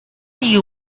you